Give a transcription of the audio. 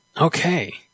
Okay